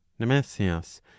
nemesius